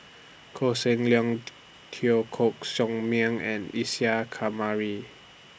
Koh Seng Leong Teo Koh Sock Miang and Isa Kamari